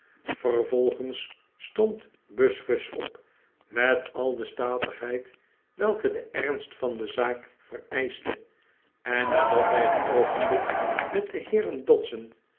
vervolgens stond buzfuz op met a l de statigheid welke de ernst van de zaak vereischte en nadat hij een oogenblik met de heeren